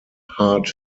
hard